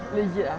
legit ah